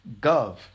gov